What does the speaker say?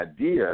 idea